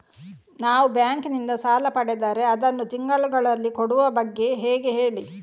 ನಾವು ಬ್ಯಾಂಕ್ ನಿಂದ ಸಾಲ ಪಡೆದರೆ ಅದನ್ನು ತಿಂಗಳುಗಳಲ್ಲಿ ಕೊಡುವ ಬಗ್ಗೆ ಹೇಗೆ ಹೇಳಿ